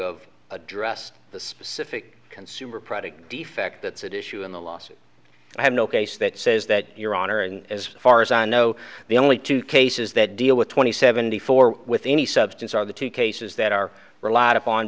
of address the specific consumer product defect that's at issue in the lawsuit i have no case that says that your honor and as far as i know the only two cases that deal with twenty seven before with any substance are the two cases that are relied upon